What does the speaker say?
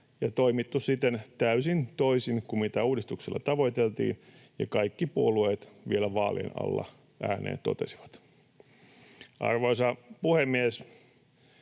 ja toimittu siten täysin toisin kuin mitä uudistuksella tavoiteltiin ja mitä kaikki puolueet vielä vaalien alla ääneen totesivat. Arvoisa puhemies!